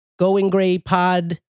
goinggraypod